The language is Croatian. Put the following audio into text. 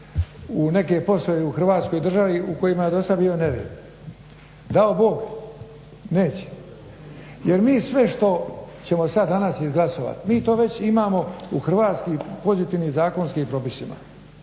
u neke poslove i u hrvatskoj državi u kojima je dosad bio nered. Dao Bog. Neće. Jer mi sve što ćemo sada danas izglasovat, mi to već imamo u hrvatskim pozitivnim zakonskim propisima,